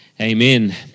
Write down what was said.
Amen